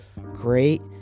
Great